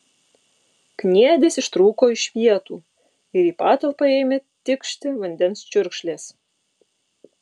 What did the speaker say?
kniedės ištrūko iš vietų ir į patalpą ėmė tikšti vandens čiurkšlės